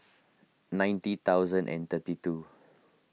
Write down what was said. ninety thousand and thirty two